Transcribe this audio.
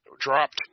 dropped